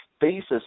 basis